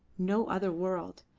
no other world,